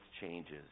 changes